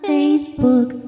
Facebook